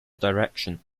direction